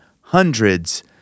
hundreds